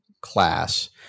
class